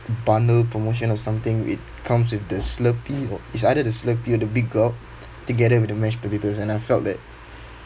bundle promotion or something it comes with the slurpee or is either the slurpee or the big gulp together with the mashed potatoes and I felt that